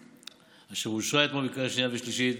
והיא אושרה אתמול בקריאה שנייה ושלישית,